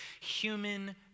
human